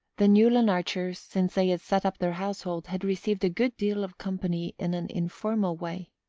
the newland archers, since they had set up their household, had received a good deal of company in an informal way.